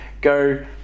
go